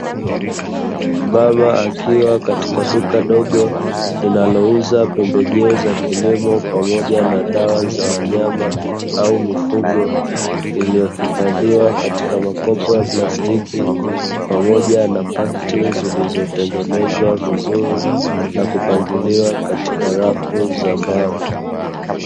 Mama akiwa katika duka dogo linalouza pembejeo za kilimo pamoja na dawa za wanyama au mifugo iliyohifadhiwa katika mikopo ya plastiki pamoja na pakiti, zilizotengenezwa vizuri na kupangiliwa katika rafu za mbao